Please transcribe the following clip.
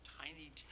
Tiny